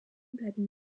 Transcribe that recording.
bleiben